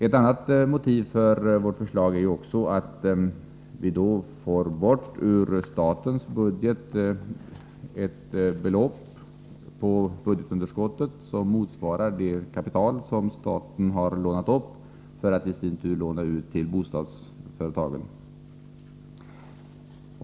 Ett annat motiv för vårt förslag är att ur statens budget få bort en del av budgetunderskottet som motsvarar det kapital staten har lånat upp för att i sin tur låna ut till bostadsföretagen.